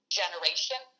generation